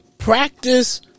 Practice